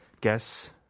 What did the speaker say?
Guess